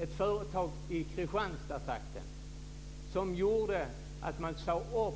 Ett företag i Kristianstadstrakten sade upp två anställda